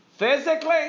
Physically